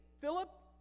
philip